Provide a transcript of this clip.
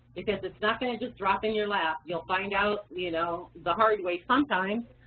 because it's not gonna just drop in your lap, you'll find out you know the hard way sometimes,